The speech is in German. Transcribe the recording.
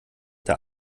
der